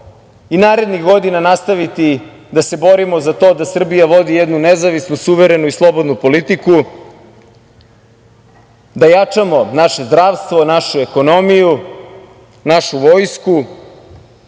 i narednih godina nastaviti da se borimo za to da Srbija vodi jednu nezavisnu, suverenu i slobodnu politiku, da jačamo naše zdravstvo, našu ekonomiju, našu vojsku,